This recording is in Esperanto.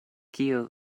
kiu